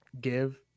give